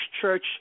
church